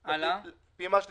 אפרט: פעימה שלישית,